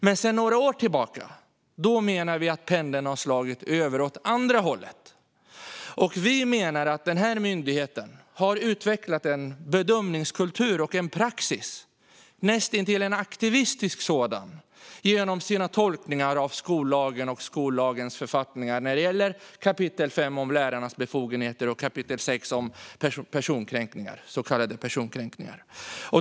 Men sedan några år tillbaka menar vi att pendeln har slagit över åt det andra hållet. Vi menar att den här myndigheten har utvecklat en bedömningskultur och en praxis, en nästintill aktivistisk sådan, genom sina tolkningar av skollagen och skollagens författningar när det gäller kapitel 5 om lärarnas befogenheter och kapitel 6 om så kallade personkränkningar.